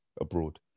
abroad